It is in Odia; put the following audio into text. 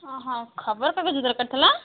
ହଁ ହଁ ଖବର କାଗଜ ଦରକାର ଥିଲା